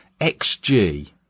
XG